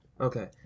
Okay